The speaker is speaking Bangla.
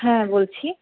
হ্যাঁ বলছি